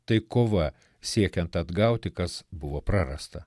tai kova siekiant atgauti kas buvo prarasta